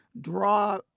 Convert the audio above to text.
draw